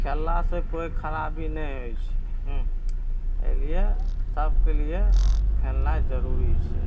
खेललासे कोइ खराबी नहि होइ छै हुँ एहिलिए सभकेलिए खेलनाइ जरूरी छै